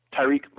Tyreek